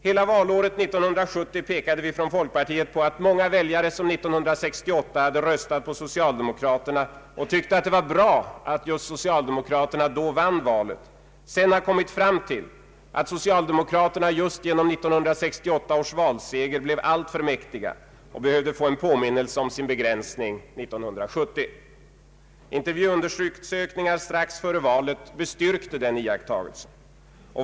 Hela valåret 1970 pekade vi från folkpartiet på att många väljare som 1968 röstade på socialdemokraterna och tyckte det var bra att socialdemokraterna då vann valet sedan har kommit fram till att socialdemokraterna just genom 1968 års valseger blev alltför mäktiga och 1970 behövde få en påminnelse om sin begränsning. Intervjuundersökningar strax före valet bestyrkte denna iakttagelse.